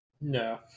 No